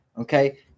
Okay